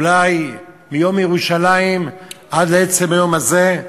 אולי מיום ירושלים עד עצם היום הזה,